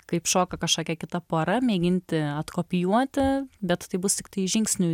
kaip šoka kažkokia kita pora mėginti atkopijuoti bet tai bus tiktai žingsnių